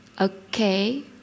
Okay